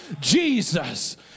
Jesus